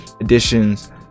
editions